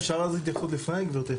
אפשר התייחסות לפני, גבירתי?